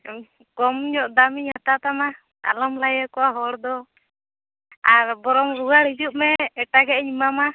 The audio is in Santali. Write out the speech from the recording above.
ᱠᱚᱢ ᱧᱚᱜ ᱫᱟᱢᱤᱧ ᱦᱟᱛᱟᱣ ᱛᱟᱢᱟ ᱟᱞᱚᱢ ᱞᱟᱹᱭ ᱟᱠᱚᱣᱟ ᱦᱚᱲ ᱫᱚ ᱟᱨ ᱵᱚᱨᱚᱝ ᱨᱩᱭᱟᱹᱲ ᱦᱤᱡᱩᱜ ᱢᱮ ᱮᱴᱟᱜᱟᱜ ᱤᱧ ᱮᱢᱟᱢᱟ